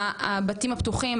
הבתים הפתוחים,